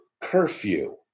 curfew